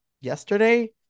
yesterday